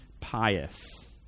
pious